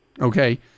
Okay